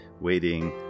waiting